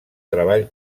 treball